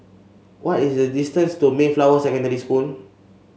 what is the distance to Mayflower Secondary School